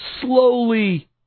slowly